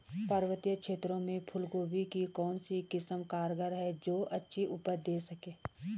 पर्वतीय क्षेत्रों में फूल गोभी की कौन सी किस्म कारगर है जो अच्छी उपज दें सके?